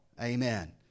Amen